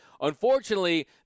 Unfortunately